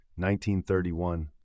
1931